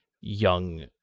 young